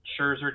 Scherzer